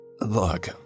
Look